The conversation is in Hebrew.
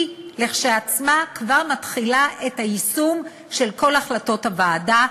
היא כשלעצמה כבר מתחילה את היישום של כל החלטות הוועדה,